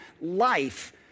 life